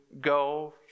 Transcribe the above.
Go